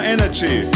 energy